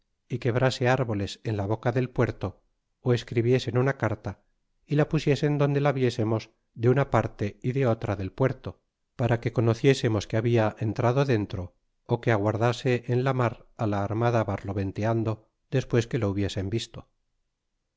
y quebrase árboles en la boca del puerto ó escribiesen una carta y la pusiesen donde la viésemos de una parte é de otra del puerto para que conociésemos que habia entrado dentro ó que aguardase en la mar la armada barloventeando despues que lo hubiese visto y